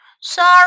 Sorry